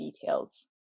details